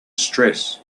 stress